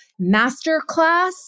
masterclass